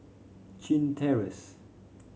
Chin Terrace